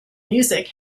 music